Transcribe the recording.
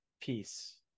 peace